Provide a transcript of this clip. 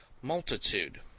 multitude,